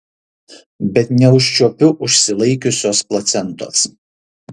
bet neužčiuopiu užsilaikiusios placentos